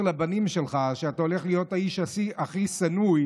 לבנים שלך שאתה הולך להיות האיש הכי שנוא,